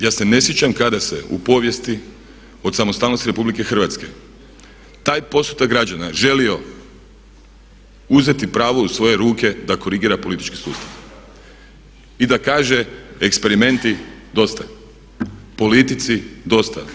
Ja se ne sjećam kada se u povijesti od samostalnosti Republike Hrvatske taj postotak građana želio uzeti pravo u svoje ruke da korigira politički sustav i da kaže eksperimenti dosta, politici dosta.